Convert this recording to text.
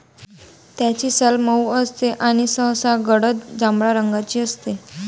त्याची साल मऊ असते आणि सहसा गडद जांभळ्या रंगाची असते